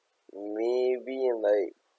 maybe like